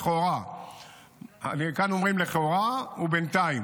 כאן אומרים לכאורה ובינתיים.